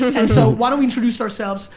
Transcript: and so, why don't we introduce ourselves.